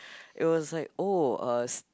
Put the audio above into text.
it was like oh uh